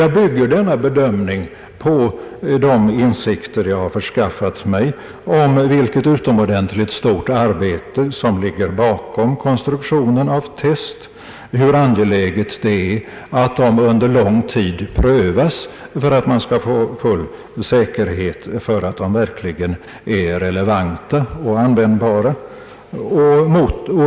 Jag bygger denna bedömning på de insikter jag har förskaffat mig om vilket utomordentligt stort arbete som ligger bakom konstruktionen av test, hur angeläget det är att de under lång tid prövas för att man skall få full säkerhet för att de verkligen är relevanta och användbara.